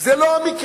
זה לא המקרה.